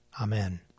Amen